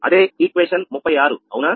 అదే సమీకరణం 36 అవునా